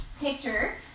picture